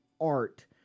art